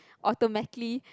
automatically